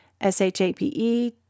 S-H-A-P-E